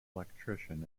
electrician